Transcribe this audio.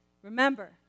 Remember